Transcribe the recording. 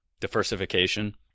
diversification